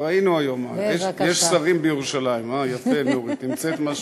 גברתי היושבת-ראש, חברי חברי הכנסת,